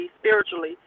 spiritually